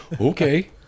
Okay